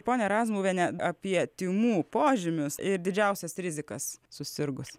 ponia razmuviene apie tymų požymius ir didžiausias rizikas susirgus